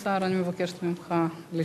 אדוני השר, אני מבקשת ממך להישאר.